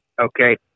Okay